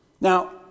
Now